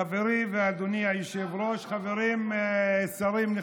חברי ואדוני היושב-ראש, חברים, שרים נכבדים,